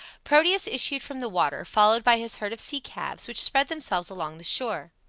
proteus issued from the water, followed by his herd of sea-calves which spread themselves along the shore.